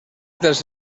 dels